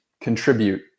contribute